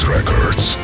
Records